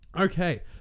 Okay